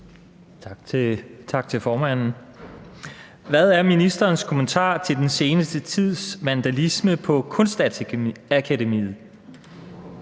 Lauritzen (V)): Hvad er ministerens kommentar til den seneste tids vandalisme på Kunstakademiet,